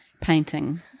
painting